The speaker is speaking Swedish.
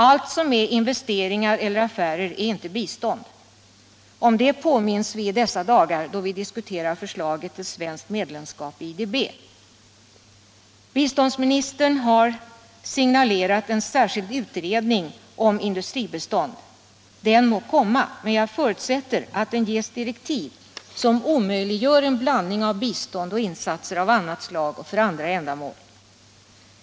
Allt som är investeringar eller affärer är inte bistånd. Om det påminns vi i dessa dagar då vi diskuterar förslaget om svenskt medlemskap i IDB. Biståndsministern har signalerat en särskild utredning om industribistånd. Den må komma, men jag förutsätter att den ges direktiv som omöjliggör en blandning av bistånd och insatser av annat slag och för andra ändamål.